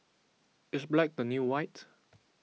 is black the new white